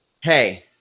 hey